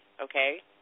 okay